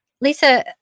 Lisa